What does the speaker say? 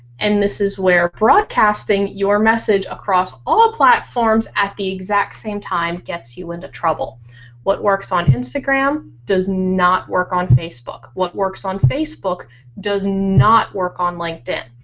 and this is where broadcasting your message across all platforms at the exact same time gets you into trouble what works on instagram does not work on facebook. what works on facebook does not work on linkedin.